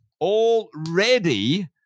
already